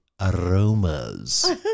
aromas